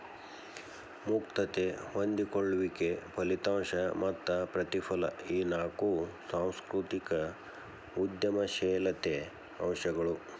ಮುಕ್ತತೆ ಹೊಂದಿಕೊಳ್ಳುವಿಕೆ ಫಲಿತಾಂಶ ಮತ್ತ ಪ್ರತಿಫಲ ಈ ನಾಕು ಸಾಂಸ್ಕೃತಿಕ ಉದ್ಯಮಶೇಲತೆ ಅಂಶಗಳು